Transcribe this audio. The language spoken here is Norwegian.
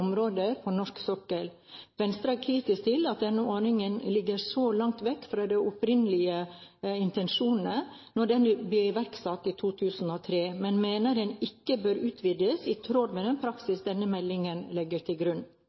norsk sokkel. Venstre er kritisk til at denne ordningen ligger så langt vekk fra den opprinnelige intensjonen da den ble iverksatt i 2003, og mener den ikke bør utvides i tråd med den praksis denne meldingen legger til grunn.